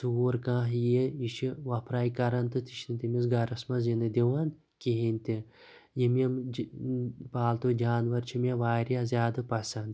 ژوٗر کانٛہہ یِیہِ یہِ چھُ وۄپھراے کران یہِ چھنہٕ تٔمِس گرَس منٛز یِنہٕ دِوان کِہیٖنۍ تہِ یِم یِم پالتُو جانوَر چھِ یِم چھِ مےٚ واریاہ زِیادٕ پسنٛد